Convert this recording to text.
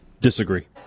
Disagree